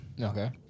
Okay